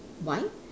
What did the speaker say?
why